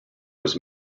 was